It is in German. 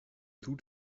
tut